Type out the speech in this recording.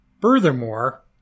Furthermore